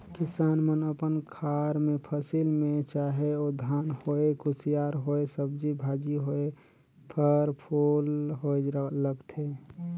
किसान मन अपन खार मे फसिल में चाहे ओ धान होए, कुसियार होए, सब्जी भाजी होए, फर फूल होए लगाथे